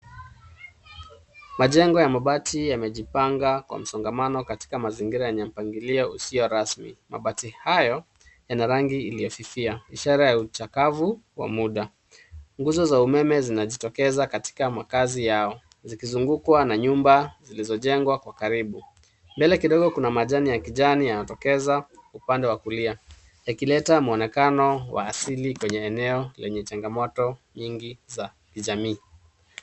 Majengo ya mabati yamejipanga kwa msongamano katika mazingira yenye mpangilio usio rasmi. Mabati hayo yana rangi iliyofifia ishara ya uchakavu wa muda. Nguzo za umeme zinajitokeza katika makazi yao, zikizungukwa na nyumba zilizojengwa kwa karibu. Mbele kidogo kuna majani ya kijani yanatokeza upande wa kulia, yakileta mwonekano wa asili kwenye eneo lenye changamoto nyingi za kijamii.